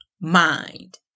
mind